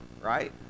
right